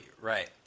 right